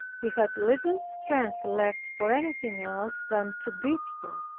he had little strength left for anything else than to beat her.